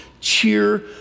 cheer